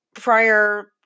prior